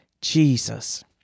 Jesus